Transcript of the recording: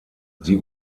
sie